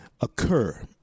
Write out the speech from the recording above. occur